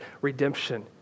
redemption